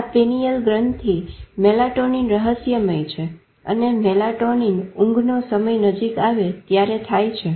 આ પીનીયલ ગ્રંથી મેલાટોનીન રહસ્યમય છે અને મેલાટોનીન ઊંઘનો સમય નજીક આવે ત્યારે થાય છે